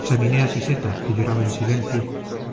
examiné a siseta que lloraba en silencio